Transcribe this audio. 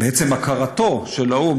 עצם הכרתו של האו"ם,